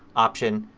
option,